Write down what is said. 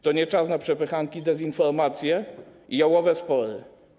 To nie czas na przepychanki, dezinformację i jałowe spory.